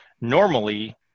normally